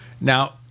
Now